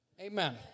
Amen